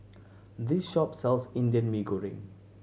this shop sells Indian Mee Goreng